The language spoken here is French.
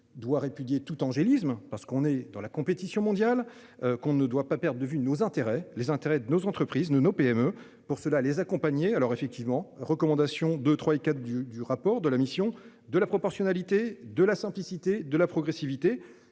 doit répudier tout angélisme parce qu'on est dans la compétition mondiale qu'on ne doit pas perdre de vue nos intérêts, les intérêts de nos entreprises, nos PME pour cela les accompagner. Alors effectivement recommandations de trois et quatre du, du rapport de la mission de la proportionnalité de la simplicité de la progressivité